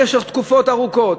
במשך תקופות ארוכות,